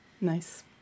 Nice